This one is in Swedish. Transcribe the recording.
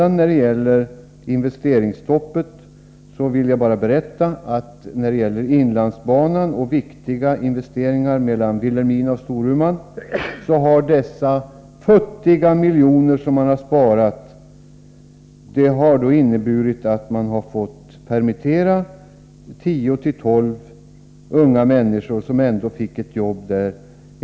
När det gäller investeringsstoppet vill jag bara berätta att man genom att inte göra viktiga investeringar på inlandsbanan mellan Vilhelmina och Storuman visserligen har sparat några futtiga miljoner, men det har också inneburit att 10-12 unga människor, som ändå hade fått ett jobb, har permitterats.